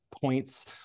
points